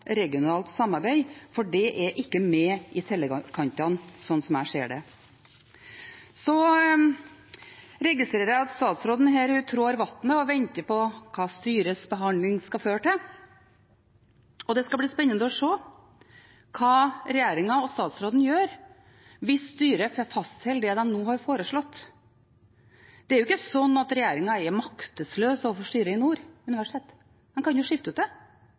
regionalt samarbeid, for det er ikke med i tellekantene, slik som jeg ser det. Jeg registrerer at statsråden trår vannet og venter på hva styrets behandling skal føre til. Det skal bli spennende å se hva regjeringen og statsråden gjør hvis styret fastholder det de nå har foreslått. Regjeringen er jo ikke maktesløs overfor Nord universitets styre. Man kan jo skifte det ut, skifte ut alle de eksterne medlemmene, sette inn et nytt styre og legge føringer for både det regionale samarbeidet og det